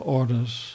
orders